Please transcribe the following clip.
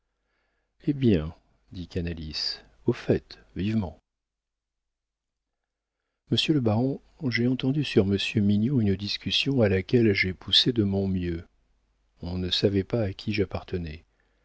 eh bien dit canalis au fait vivement monsieur le baron j'ai entendu sur monsieur mignon une discussion à laquelle j'ai poussé de mon mieux on ne savait pas à qui j'appartenais